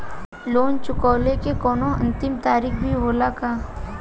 Loan चुकवले के कौनो अंतिम तारीख भी होला का?